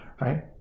Right